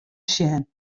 sjen